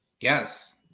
Yes